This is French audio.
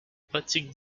pratiques